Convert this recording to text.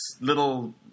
little